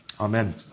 Amen